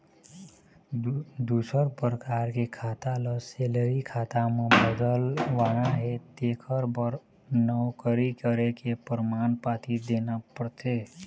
दूसर परकार के खाता ल सेलरी खाता म बदलवाना हे तेखर बर नउकरी करे के परमान पाती देना परथे